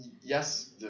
yes